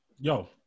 Yo